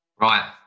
Right